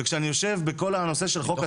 וכשאני יושב כל הנושא של חוק,